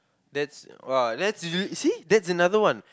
that's !wah! that's you see that's another one